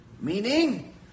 Meaning